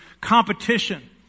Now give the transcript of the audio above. competition